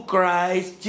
Christ